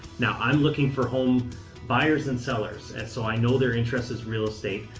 now, i'm looking for home buyers and sellers, and so i know their interest is real estate.